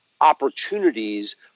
opportunities